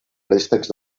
préstecs